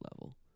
level